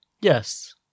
Yes